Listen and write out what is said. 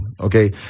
Okay